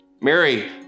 Mary